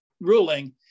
ruling